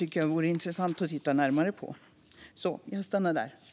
Det vore intressant att titta närmare på det.